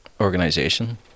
organization